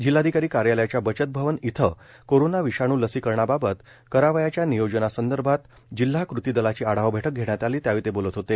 जिल्हाधिकारी कार्यालयाच्या बचत भवन इथं कोरोना विषाणू लसीकरणाबाबत करावयाच्या नियोजनासंदर्भात जिल्हा कृती दलाची आढावा बैठक घेण्यात आली त्यावेळी ते बोलत होते